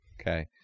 Okay